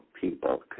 people